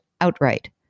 outright